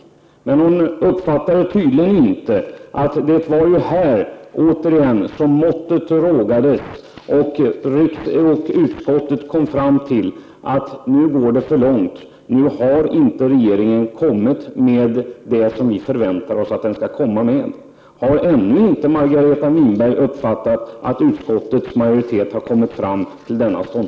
Hon uppfattade tydligen inte att det återigen var här som måttet rågades och utskottet kom fram till att det går för långt. Regeringen har inte kommit med det förslag som vi förväntar oss att den skall presentera. Har Margareta Winberg ännu inte uppfattat att utskottsmajoriteten har kommit fram till denna ståndpunkt?